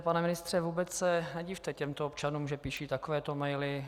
Pane ministře, vůbec se nedivte těmto občanům, že píšou takovéto maily.